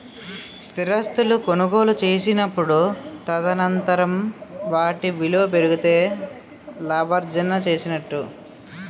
స్థిరాస్తులు కొనుగోలు చేసినప్పుడు తదనంతరం వాటి విలువ పెరిగితే లాభార్జన చేసినట్టు